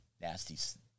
nasty